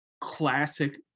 classic